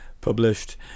published